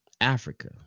Africa